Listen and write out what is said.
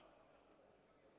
Дякую,